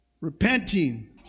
Repenting